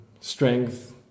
Strength